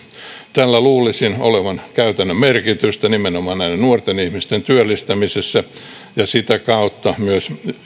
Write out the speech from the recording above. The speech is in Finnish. tällä luulisin olevan käytännön merkitystä nimenomaan näiden nuorten ihmisten työllistymisessä ja sitä kautta myös